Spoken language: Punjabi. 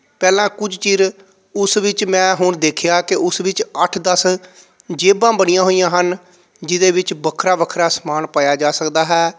ਪਹਿਲਾਂ ਕੁਝ ਚਿਰ ਉਸ ਵਿੱਚ ਮੈਂ ਹੁਣ ਦੇਖਿਆ ਕਿ ਉਸ ਵਿੱਚ ਅੱਠ ਦਸ ਜੇਬਾਂ ਬਣੀਆਂ ਹੋਈਆਂ ਹਨ ਜਿਹਦੇ ਵਿੱਚ ਵੱਖਰਾ ਵੱਖਰਾ ਸਮਾਨ ਪਾਇਆ ਜਾ ਸਕਦਾ ਹੈ